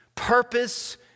purpose